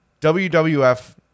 WWF